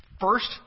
First